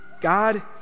God